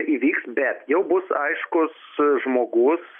įvyks bet jau bus aiškus žmogus